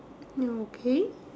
okay